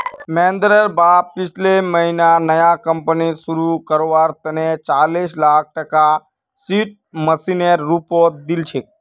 महेंद्रेर बाप पिछले महीना नया कंपनी शुरू करवार तने चालीस लाख टकार सीड मनीर रूपत दिल छेक